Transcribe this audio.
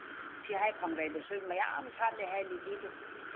ꯁꯤꯍꯥꯏ ꯐꯪꯔꯩꯗꯁꯨ ꯃꯌꯥꯝ ꯑꯃ ꯁꯥꯠꯂꯦ ꯍꯥꯏ ꯂꯤꯂꯤꯗꯨ